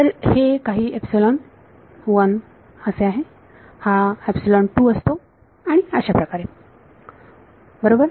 तर हे काही एपसिलोन 1 असतो हा काही असतो आणि अशाप्रकारे बरोबर